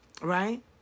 Right